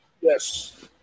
yes